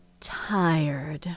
Tired